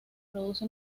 produce